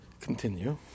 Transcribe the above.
Continue